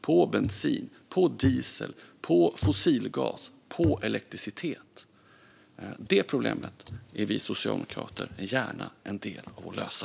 Det gäller priset på bensin, diesel, fossilgas och elektricitet. Det problemet är vi socialdemokrater gärna en del av att lösa.